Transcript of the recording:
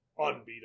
unbeatable